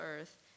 earth